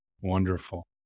wonderful